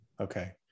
okay